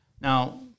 Now